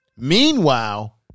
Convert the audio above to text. Meanwhile